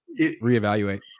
reevaluate